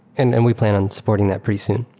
and and we plan on supporting that pretty soon.